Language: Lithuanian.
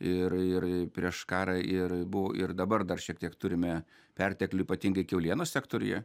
ir ir prieš karą ir ir dabar dar šiek tiek turime perteklių ypatingai kiaulienos sektoriuje